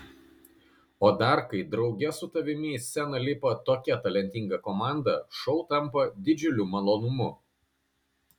o dar kai drauge su tavimi į sceną lipa tokia talentinga komanda šou tampa didžiuliu malonumu